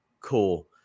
Cool